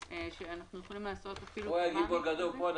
הוא היה גיבור גדול פה,